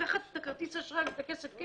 לקחת את כרטיס האשראי ואת הכסף?